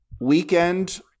weekend